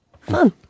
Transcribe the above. Fun